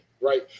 right